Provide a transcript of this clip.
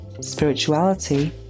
spirituality